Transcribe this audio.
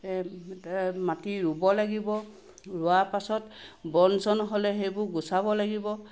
মাটি ৰুব লাগিব ৰোৱা পাছত বন চন হ'লে সেইবোৰ গুচাব লাগিব